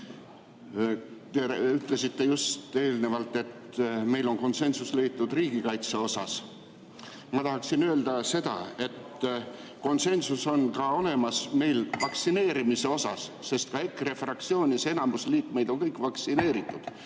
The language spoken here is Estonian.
ütlesite eelnevalt, et meil on konsensus leitud riigikaitse osas. Ma tahaksin öelda seda, et konsensus on meil olemas vaktsineerimise osas, sest ka EKRE fraktsioonis on enamus liikmeid vaktsineeritud